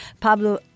Pablo